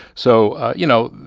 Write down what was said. so, you know,